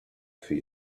für